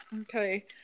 Okay